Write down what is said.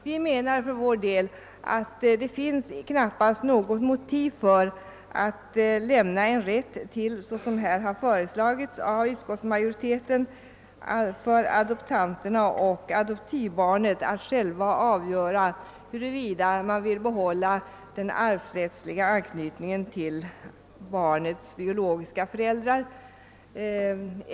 Vi anser för vår del att det knappast finns något motiv för att lämna en rätt — såsom föreslagits av utskottsmajoriteten — till adoptanter och adoptivbarn att själva avgöra huruvida de vill behålla den arvsrättsliga anknytningen till barnets biologiska föräldrar.